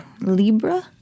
Libra